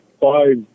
five